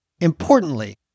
Importantly